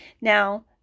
Now